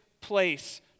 place